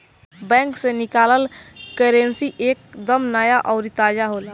bank से निकालल currency एक दम नया अउरी ताजा होला